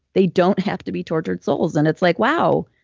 they don't have to be tortured souls. and it's like, wow,